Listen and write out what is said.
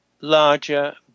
larger